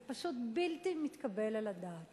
זה פשוט בלתי מתקבל על הדעת